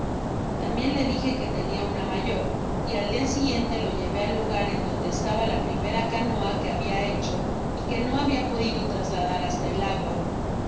tambien le dije que tenia una mayor y al dia siguiente lo llevé al lugar en donde estaba la primera canoa que habia hecho y que no habia podido trasladar hasta el agua